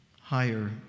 higher